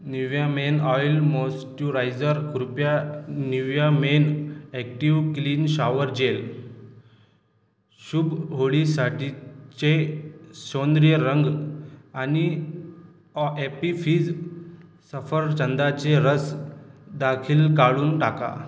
Nivea men oil moisturiser कृपया Nivea men active clean shower gel शुभ होळीसाठीचे सेंद्रिय रंग आणि ऑ ॲपी फिझ सफरचंदाचे रस देखील काढून टाका